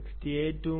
168 ഉം ഉണ്ട്